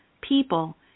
people